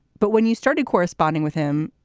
but when you started corresponding with him,